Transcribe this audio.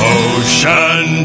ocean